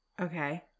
Okay